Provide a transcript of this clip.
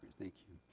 thank you.